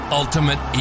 ultimate